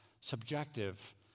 subjective